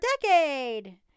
decade